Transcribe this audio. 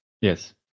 Yes